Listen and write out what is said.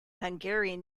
hungarian